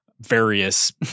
various